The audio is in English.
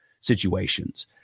situations